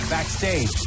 backstage